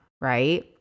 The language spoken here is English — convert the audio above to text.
right